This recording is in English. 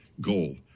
goal